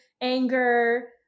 anger